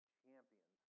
champions